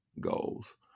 goals